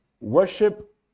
Worship